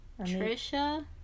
Trisha